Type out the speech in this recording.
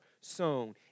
sown